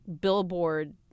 billboard